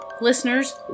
listeners